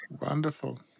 wonderful